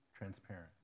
transparent